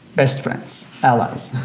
best friends, allies.